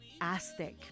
Aztec